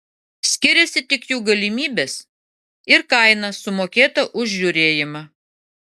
skiriasi tik jų galimybės ir kaina sumokėta už žiūrėjimą